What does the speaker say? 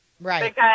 Right